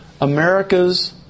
America's